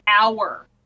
hour